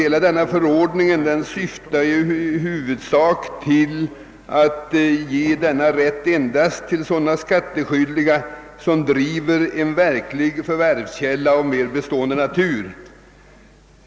Hela den nuvarande förordningen syftar i huvudsak till att rätt till förlustutjämning endast skall beviljas sådana skattskyldiga, som driver en verklig förvärvsverksamhet av bestående natur.